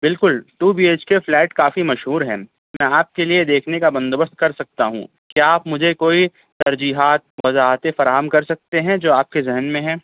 بالکل two B H K flat کافی مشہور ہیں میں آپ کے لیے دیکھنے کا بندوبست کر سکتا ہوں کیا آپ مجھے کوئی ترجیحات وضاحتیں فراہم کر سکتے ہیں جو آپ کے ذہن میں ہیں